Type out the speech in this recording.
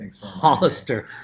Hollister